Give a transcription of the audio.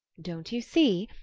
don't you see?